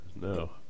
No